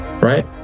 right